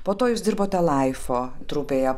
po to jūs dirbote laifo trupėje